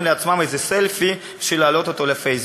לעצמם איזה סלפי בשביל להעלות אותו לפייסבוק.